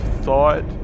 thought